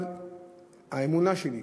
אבל האמונה שלי,